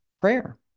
prayer